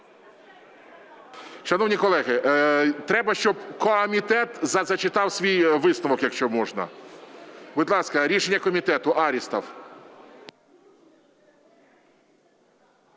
Шановні колеги, треба щоб комітет зачитав свій висновок, якщо можна. Будь ласка, рішення комітету, Арістов.